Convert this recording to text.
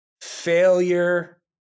failure